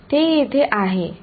विद्यार्थी संदर्भ वेळ 1150